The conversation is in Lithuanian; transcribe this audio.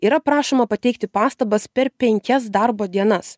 yra prašoma pateikti pastabas per penkias darbo dienas